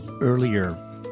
earlier